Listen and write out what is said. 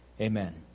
Amen